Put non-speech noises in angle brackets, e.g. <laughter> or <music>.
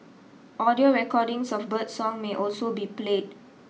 audio recordings of birdsong may also be <noise> played